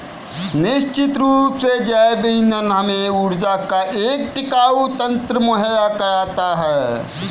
निश्चित रूप से जैव ईंधन हमें ऊर्जा का एक टिकाऊ तंत्र मुहैया कराता है